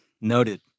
Noted